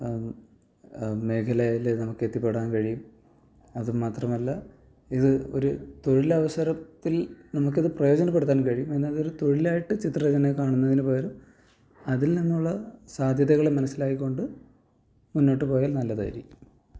മേഖലയില് നമുക്കെത്തിപ്പെടാൻ കഴിയും അതുമാത്രമല്ല ഇത് ഒരു തൊഴിലവസരത്തിൽ നമുക്കിത് പ്രയോജനപ്പെടുത്താൻ കഴിയും അതിന് അതൊരു തൊഴിലായിട്ട് ചിത്ര രചനയെ കാണുന്നതിന് പകരം അതിൽ നിന്നുള്ള സാധ്യതകള് മനസ്സിലാക്കി കൊണ്ട് മുന്നോട്ട് പോയാൽ നല്ലതായിരിക്കും